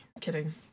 Kidding